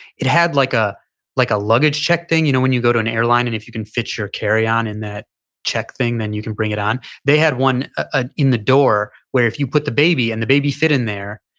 it had like a like a luggage check thing. you know when you go to an airline and if you can fit your carry on in that check thing, then you can bring it on they had one in the door where if you put the baby and the baby fit in there,